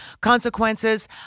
consequences